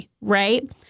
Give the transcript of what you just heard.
Right